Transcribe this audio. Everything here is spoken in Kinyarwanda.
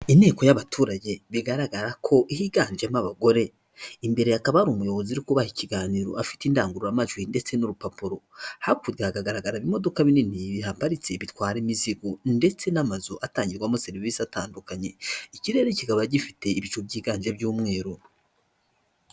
Inteko y'abaturage bigaragara ko higanjemo abagore, imbere hakaba hari umuyobozi uri kubaha ikiganiro afite indangurumajwi ndetse n'urupapuro; hakurya hakagaragara ibimodoka binini bihaparitse bitwara imizigo ndetse n'amazu atangirwamo serivisi atandukanye; ikirere kikaba gifite ibicu byiganje by'umweru.